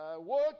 Work